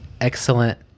excellent